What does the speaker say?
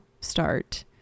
start